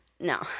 no